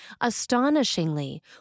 astonishingly